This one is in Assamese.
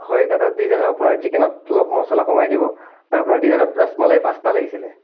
হয় দাদা দি যা আপোনাৰ চিকেনত অলপ মছলা কমাই দিব আৰু আপোনাৰ ডিজাৰ্টত ৰছমলাই পাঁচটা লাগিছিলে